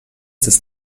des